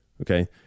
Okay